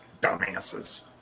Dumbasses